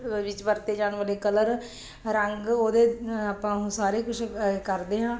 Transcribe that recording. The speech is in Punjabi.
ਵਿੱਚ ਵਰਤੇ ਜਾਣ ਵਾਲੇ ਕਲਰ ਰੰਗ ਉਹਦੇ ਆਪਾਂ ਉਹ ਸਾਰੇ ਕੁਛ ਅ ਕਰਦੇ ਹਾਂ